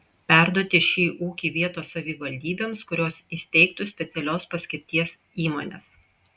perduoti šį ūkį vietos savivaldybėms kurios įsteigtų specialios paskirties įmones